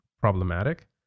problematic